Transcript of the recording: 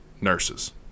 nurses